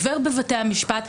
עובר בבתי המשפט,